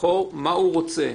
לבחור מה הוא רוצה,